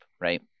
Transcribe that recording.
right